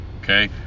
okay